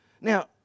Now